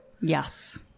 Yes